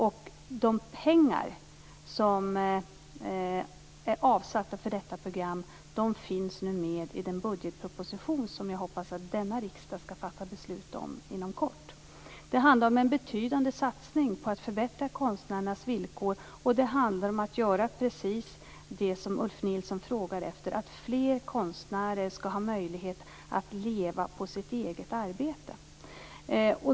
De pengar som är avsatta för detta program finns nu med i den budgetproposition som jag hoppas att denna riksdag skall fatta beslut om inom kort. Det handlar om en betydande satsning på att förbättra konstnärernas villkor, och det handlar om precis det som Ulf Nilsson frågar efter, dvs. att fler konstnärer skall ha möjlighet att leva på sitt eget arbete.